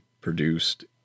produced